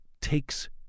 takes